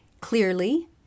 clearly